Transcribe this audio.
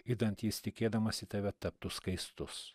idant jis tikėdamas į tave taptų skaistus